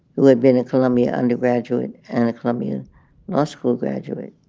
who had been a columbia undergraduate and a columbia law school graduate.